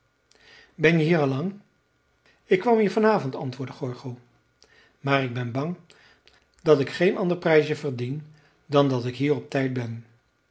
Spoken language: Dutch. ben je hier al lang ik kwam hier vanavond antwoordde gorgo maar ik ben bang dat ik geen ander prijsje verdien dan dat ik hier op tijd ben